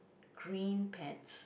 green pants